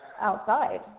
outside